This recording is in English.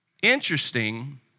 Interesting